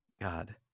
God